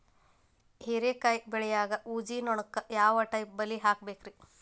ಹೇರಿಕಾಯಿ ಬೆಳಿಯಾಗ ಊಜಿ ನೋಣಕ್ಕ ಯಾವ ಟೈಪ್ ಬಲಿ ಹಾಕಬೇಕ್ರಿ?